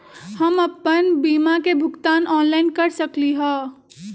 हम अपन बीमा के भुगतान ऑनलाइन कर सकली ह?